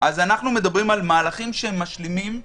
אנחנו מדברים על מהלכים משלימים.